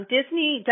Disney